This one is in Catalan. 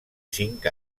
cinc